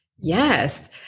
Yes